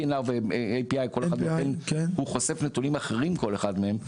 PNR ו-API חושף נתונים אחרים כל אחד מהם,